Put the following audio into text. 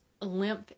lymph